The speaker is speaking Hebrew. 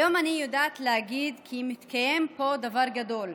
היום אני יודעת להגיד כי מתקיים פה דבר גדול: